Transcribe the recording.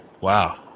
Wow